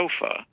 sofa